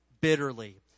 bitterly